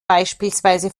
beispielsweise